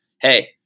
hey